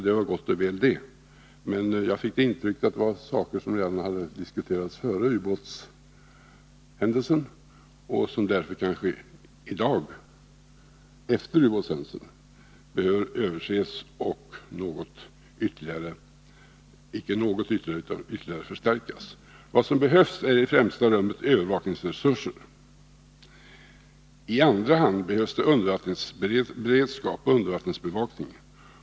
Det var gott och väl, men jag fick intrycket att det var saker som diskuterats redan före ubåtshändelsen och som därför kanske i dag — efter ubåtshändelsen — behöver överses och ytterligare förstärkas. Vad som behövs är i ffrämsta rummet övervakningsresurser. I andra hand behövs undervattensberedskap, undervattensbevakning.